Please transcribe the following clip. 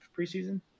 preseason